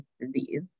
disease